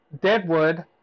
Deadwood